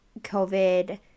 COVID